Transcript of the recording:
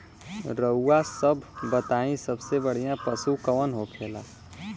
रउआ सभ बताई सबसे बढ़ियां पशु कवन होखेला?